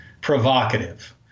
provocative